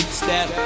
step